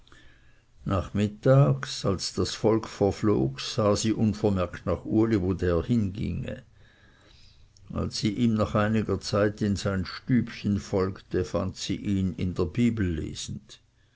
nachmittags als das volk verflog sah sie unvermerkt nach uli wo der hinginge als sie ihm nach einiger zeit in sein stübchen folgte fand sie ihn in der bibel lesend